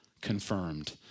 confirmed